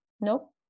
nope